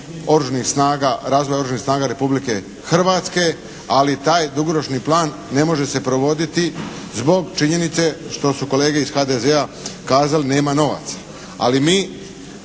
razvoj Oružanih snaga Republike Hrvatske, ali taj dugoročni plan ne može se provoditi zbog činjenice što su kolege iz HDZ-a kazali nema novaca, ali mi